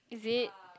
is it